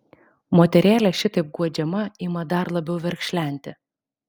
moterėlė šitaip guodžiama ima dar labiau verkšlenti